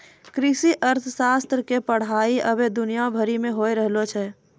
कृषि अर्थशास्त्र के पढ़ाई अबै दुनिया भरि मे होय रहलो छै